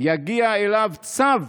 יגיע אליו צו